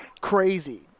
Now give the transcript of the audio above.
crazy